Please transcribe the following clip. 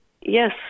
Yes